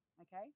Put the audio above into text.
Okay